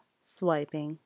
swiping